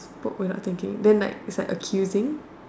poke without thinking then like it's like accusing